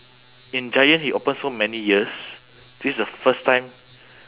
in giant he open so many years this the first time